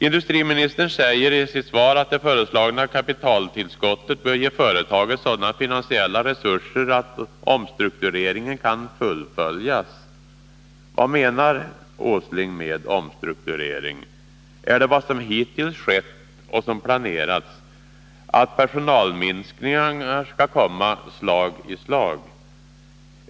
Industriministern säger i sitt svar att det föreslagna kapitaltillskottet bör ge företaget sådana finansiella resurser att omstruktureringen kan fullföljas. Men vad menar Nils Åsling med omstrukturering? Är det vad som hittills skett och som planerats, att personalminskningar skall komma slag i slag?